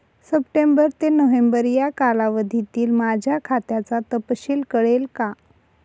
September ते November या कालावधीतील माझ्या खात्याचा तपशील कळेल का?